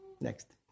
Next